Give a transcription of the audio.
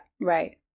Right